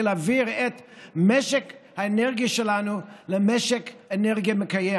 להעביר את משק האנרגיה שלנו למשק אנרגיה מקיים.